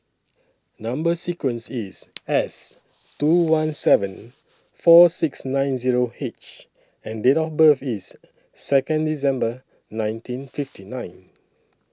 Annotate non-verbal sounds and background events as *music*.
Number sequence IS S two *noise* one seven four six nine Zero H and Date of birth IS Second December nineteen fifty nine